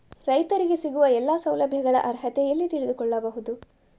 ರೈತರಿಗೆ ಸಿಗುವ ಎಲ್ಲಾ ಸೌಲಭ್ಯಗಳ ಅರ್ಹತೆ ಎಲ್ಲಿ ತಿಳಿದುಕೊಳ್ಳಬಹುದು?